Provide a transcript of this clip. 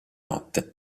notte